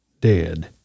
dead